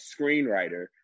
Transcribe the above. screenwriter